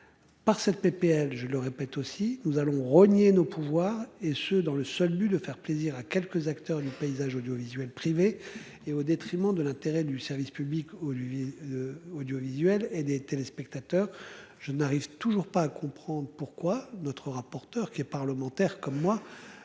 Par cette PPL, je le répète aussi nous allons renier nos pouvoirs et ce dans le seul but de faire plaisir à quelques acteurs du paysage audiovisuel privé et au détriment de l'intérêt du service public. Olivier. Audiovisuel et des téléspectateurs. Je n'arrive toujours pas à comprendre pourquoi notre rapporteur qui est parlementaire comme moi.